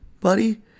buddy